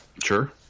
Sure